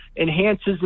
enhances